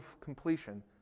completion